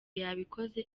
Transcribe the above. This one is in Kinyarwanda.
yabikoze